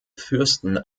fürsten